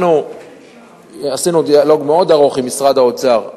אנחנו עשינו דיאלוג מאוד ארוך עם משרד האוצר,